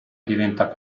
diventa